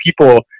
people